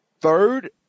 third